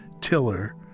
tiller